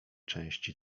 części